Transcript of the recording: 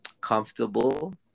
comfortable